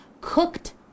Cooked